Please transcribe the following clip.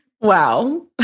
Wow